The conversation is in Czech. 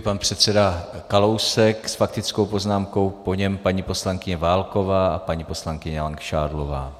Pan předseda Kalousek s faktickou poznámkou, po něm paní poslankyně Válková a paní poslankyně Langšádlová.